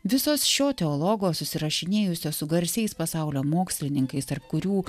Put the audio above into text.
visos šio teologo susirašinėjusio su garsiais pasaulio mokslininkais tarp kurių